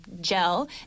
gel